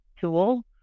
tool